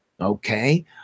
Okay